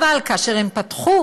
אבל כאשר הם פתחו